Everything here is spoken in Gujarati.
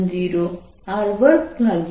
da qv20R2R2v2t232